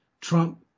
Trump